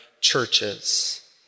churches